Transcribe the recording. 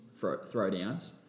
throwdowns